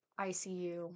ICU